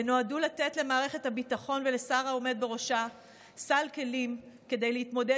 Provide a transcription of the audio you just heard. ונועדו לתת למערכת הביטחון ולשר העומד בראשה סל כלים כדי להתמודד